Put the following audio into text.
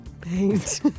paint